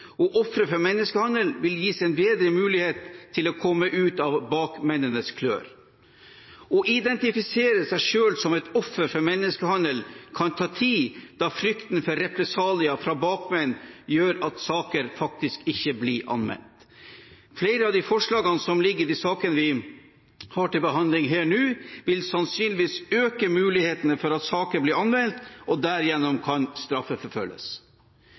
og ofre for menneskehandel vil gis en bedre mulighet til å komme ut av bakmennenes klør. Å identifisere seg selv som et offer for menneskehandel kan ta tid da frykten for represalier fra bakmenn gjør at saker faktisk ikke blir anmeldt. Flere av de forslagene som foreligger i de sakene vi har til behandling her nå, vil sannsynligvis øke mulighetene for at sakene blir anmeldt og derigjennom kan straffeforfølges.